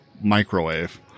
microwave